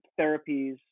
therapies